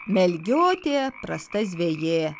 melgiotė prasta zvejė